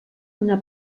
una